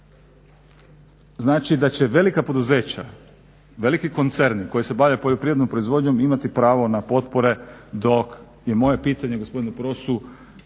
znači da će velika poduzeća, veliki koncerni koji se bave poljoprivrednom proizvodnjom imati pravo na potpore dok je moje pitanje gospodinu Prosu